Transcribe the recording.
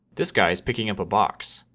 this guy's picking up a box.